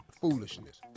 foolishness